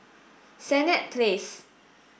Senett Place